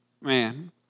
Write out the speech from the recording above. Man